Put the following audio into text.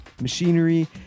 machinery